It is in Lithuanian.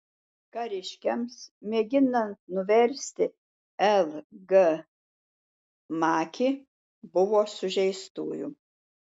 kariškiams mėginant nuversti l g makį buvo sužeistųjų